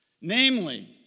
Namely